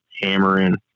hammering